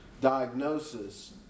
diagnosis